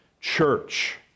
church